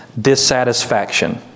dissatisfaction